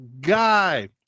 guy